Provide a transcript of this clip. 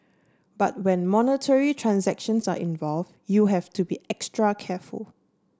but when monetary transactions are involved you have to be extra careful